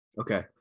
Okay